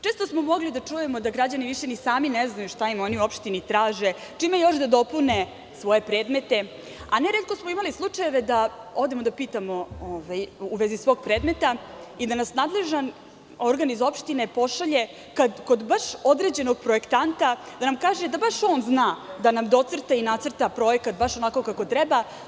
Često smo mogli da čujemo da građani više ni sami ne znaju šta im oni u opštini traže, čime još da dopune svoje predmete, a ne retko smo imali slučajeve da odemo da pitamo u vezi svog predmeta i da nas nadležan organ iz opštine pošalje kod baš određenog projektanta, da nam kaže da baš on zna da nam docrta i nacrta projekat baš onako kako treba.